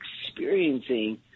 experiencing